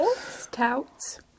Stouts